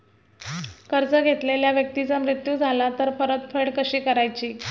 कर्ज घेतलेल्या व्यक्तीचा मृत्यू झाला तर परतफेड कशी करायची?